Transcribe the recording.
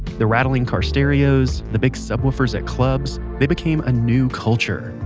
the rattling car stereos, the big subwoofers at clubs. they became a new culture.